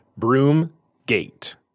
Broomgate